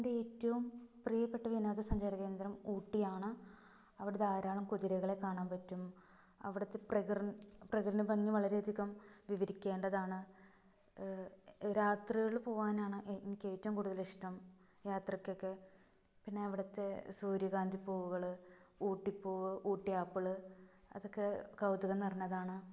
എന്റെ ഏറ്റവും പ്രിയപ്പെട്ട വിനോദ സഞ്ചാര കേന്ദ്രം ഊട്ടിയാണ് അവിടെ ധാരാളം കുതിരകളെ കാണാൻ പറ്റും അവിടുത്തെ പ്രകൃ പ്രകൃതി ഭംഗി വളരെയധികം വിവരിക്കേണ്ടതാണ് രാത്രികളിൽ പോകാനാണ് എനിക്ക് ഏറ്റവും കൂടുതലിഷ്ടം യാത്രക്കൊക്കെ പിന്നെ അവിടുത്തെ സൂര്യകാന്തി പൂവുകൾ ഊട്ടിപ്പൂവ് ഊട്ടി ആപ്പിൾ അതൊക്കെ കൗതുകം നിറഞ്ഞതാണ്